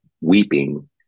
weeping